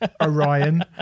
Orion